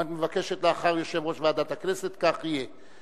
אם את מבקשת לאחר יושב-ראש ועדת הכנסת, כך יהיה.